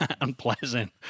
unpleasant